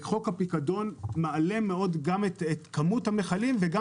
חוק הפיקדון מעלה מאוד גם את כמות המכלים וגם